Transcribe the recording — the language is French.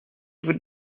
vous